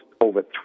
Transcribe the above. over